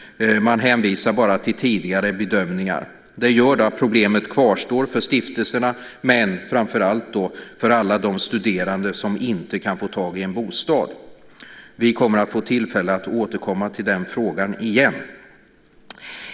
Man hänvisar bara till tidigare bedömningar. Det gör att problemet kvarstår för stiftelserna, men framför allt för alla de studerande som inte kan få tag i en bostad. Vi kommer att få tillfälle att återkomma till den frågan igen.